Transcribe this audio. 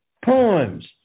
Poems